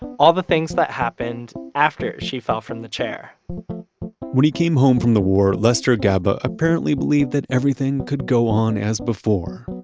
all the things that happened after she fell from the chair when he came home from the war, lester gaba apparently believed that everything could go on as before.